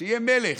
שיהיה מלך,